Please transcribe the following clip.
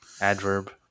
adverb